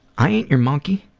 i aint your monkey.